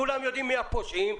כולם יודעים מי הפושעים.